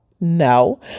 no